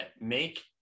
make